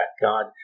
God